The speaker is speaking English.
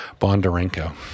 Bondarenko